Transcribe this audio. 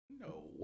No